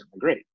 Great